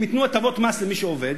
אם ייתנו הטבות מס למי שעובד,